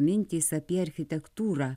mintys apie architektūrą